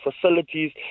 facilities